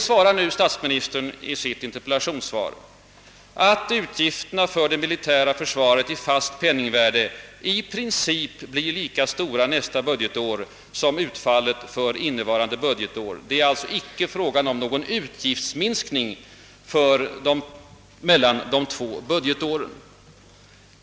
Statsministern säger nu i sitt interpellationssvar, att utgifterna för det militära försvaret i fast penningvärde i princip blir lika stora nästa budgetår som utfallet för innevarande budgetår; det är alltså inte fråga om någon utgiftsminskning för nästa budgetår.